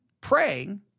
praying